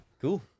Cool